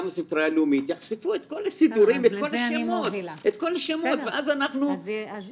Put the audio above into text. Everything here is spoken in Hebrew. וגם הספרייה הלאומית יחשפו את כל הסידורים ואת כל השמות ואז אנחנו